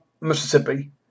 Mississippi